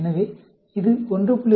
எனவே இது 1